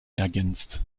ergänzt